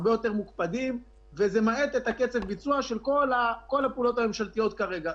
הרבה יותר מוקפדים וזה מאט את קצב הביצוע של כל הפעולות הממשלתיות כרגע.